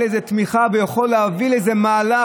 היום איזו תמיכה ויוכל להוביל איזה מהלך,